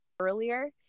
earlier